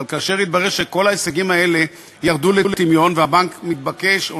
אבל כאשר התברר שכל ההישגים האלה ירדו לטמיון והבנק מתבקש או